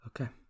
Okay